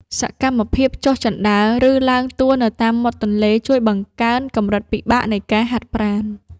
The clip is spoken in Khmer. សកម្មភាពចុះជណ្ដើរ ឬឡើងទួលនៅតាមមាត់ទន្លេ ជួយបង្កើនកម្រិតពិបាកនៃការហាត់ប្រាណ។